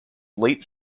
late